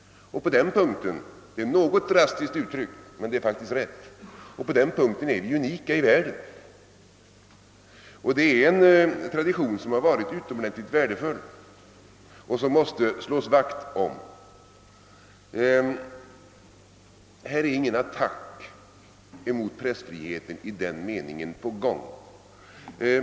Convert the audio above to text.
På den punkten — det är något drastiskt uttryckt men det är faktiskt riktigt är vi unika i världen, och det är en tradition som har varit utomordentligt värdefull och som vi måste slå vakt om. Här är heller ingen attack mot pressfriheten i den meningen på gång.